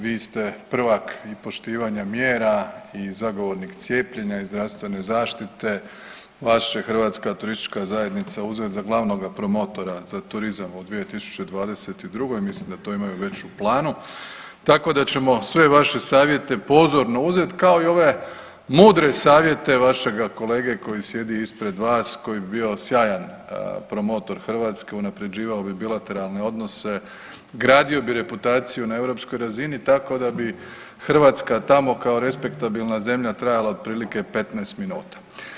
Vi ste prvak poštivanja mjera i zagovornik cijepljenja i zdravstvene zaštite, vas će Hrvatska turistička zajednica uzeti za glavnoga promotora za turizam u 2022., mislim da to imaju već u planu tako da ćemo sve vaše savjete pozorno uzeti, kao i ove mudre savjete vašega kolege koji sjedi ispred vas, koji bi bio sjajan promotor Hrvatske, unaprjeđivao bi bilateralne odnose, gradio bi reputaciju na EU razini, tako da bi Hrvatska tamo kao respektabilna zemlja trajala otprilike 15 minuta.